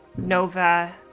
Nova